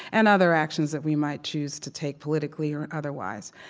and other actions that we might choose to take politically or otherwise.